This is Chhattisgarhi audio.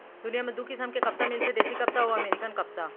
दुनियां म दू किसम के कपसा मिलथे देसी कपसा अउ अमेरिकन कपसा